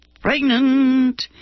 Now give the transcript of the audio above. pregnant